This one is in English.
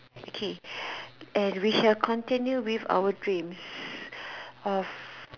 okay and we shall continue with our dreams of